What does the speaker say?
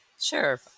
Sure